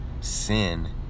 sin